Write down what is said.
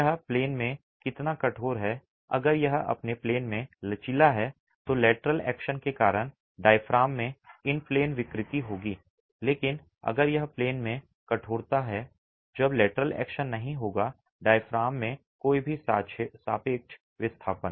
यह प्लेन में कितना कठोर है अगर यह अपने प्लेन में लचीला है तो लेटरल एक्शन के कारण डायफ्राम में इन प्लेन विकृति होगी लेकिन अगर यह प्लेन में कठोर है जब लेटरल एक्शन नहीं होगा डायाफ्राम में कोई भी सापेक्ष विस्थापन